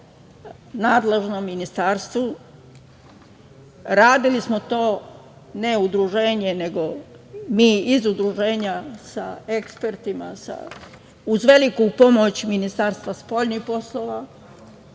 nadležnom ministarstvu, radili smo to, ne udruženje, nego mi iz udruženja sa ekspertima, uz veliku pomoć Ministarstva spoljnih poslova,